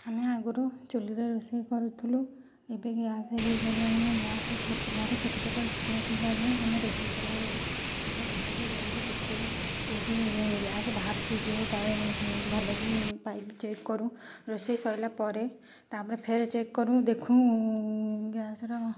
ଆମେ ଆଗରୁ ଚୁଲିରେ ରୋଷେଇ କରୁଥିଲୁ ଏବେ ଗ୍ୟାସ୍ ହେଇଗଲାଣି ଗ୍ୟାସ୍ ଘରେ ଛୋଟ ଛୋଟ ଛୁଆ ଥିବାରୁ ଆମେ ରୋଷେଇ କଲା ବେଳେ ଆଗେ ଭଲ କି ଗ୍ୟାସ୍ ଦେଖୁ କେଉଁଠି ଗ୍ୟାସ୍ ବାହାରୁଛି କି ଭଲ କି ପାଇପ୍ ଚେକ୍ କରୁ ରୋଷେଇ ସରିଲା ପରେ ତାପରେ ଫେରେ ଚେକ୍ କରୁ ଦେଖୁ ଗ୍ୟାସ୍ର